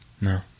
No